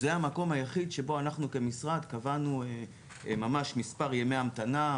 זה המקום היחיד שבו אנחנו כמשרד קבענו ממש מספר ימי המתנה,